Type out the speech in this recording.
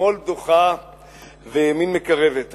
שמאל דוחה וימין מקרבת.